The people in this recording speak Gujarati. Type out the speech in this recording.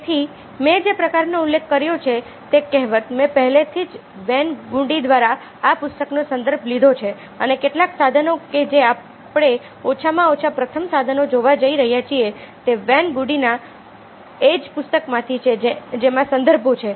તેથી મેં જે પ્રકારનો ઉલ્લેખ કર્યો છે તે કહેવત મેં પહેલાથી જ વેન ગુંડી દ્વારા આ પુસ્તકનો સંદર્ભ લીધો છે અને કેટલાક સાધનો કે જે આપણે ઓછામાં ઓછા પ્રથમ સાધનો જોવા જઈ રહ્યા છીએ તે વેન ગુન્ડીના એ જ પુસ્તકમાંથી છે જેમાં સંદર્ભો છે